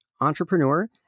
entrepreneur